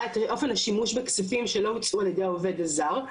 את אופן השימוש בכספים שלא הוצאו על ידי העובד הזר,